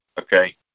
okay